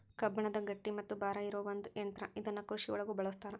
ಕಬ್ಬಣದ ಗಟ್ಟಿ ಮತ್ತ ಭಾರ ಇರು ಒಂದ ಯಂತ್ರಾ ಇದನ್ನ ಕೃಷಿ ಒಳಗು ಬಳಸ್ತಾರ